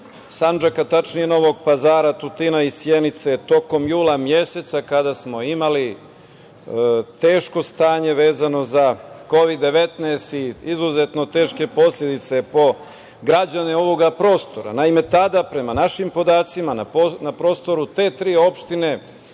Sandžaka, tačnije Novog Pazara, Tutina i Sjenice tokom jula meseca, kada smo imali teško stanje vezano za Kovid 19 i izuzetno teške posledice po građane ovog prostora. Naime, tada, prema našim podacima, na prostoru te tri opštine,